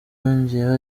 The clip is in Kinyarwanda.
yongeyeho